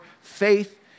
faith